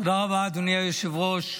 תודה רבה, אדוני היושב-ראש.